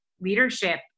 leadership